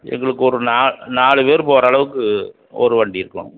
எங்களுக்கு ஒரு நாலு பேர் போகிற அளவுக்கு ஒரு வண்டி இருக்கணும்